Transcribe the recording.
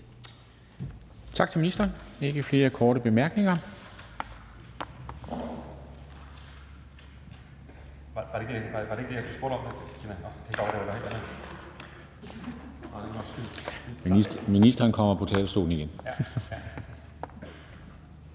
Tak til ministeren. Der er ikke flere korte bemærkninger.